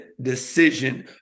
decision